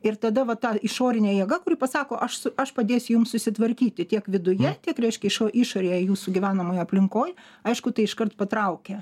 ir tada va ta išorinė jėga kuri pasako aš aš padėsiu jums susitvarkyti tiek viduje tiek reiškia išo išorėje jūsų gyvenamoj aplinkoj aišku tai iškart patraukia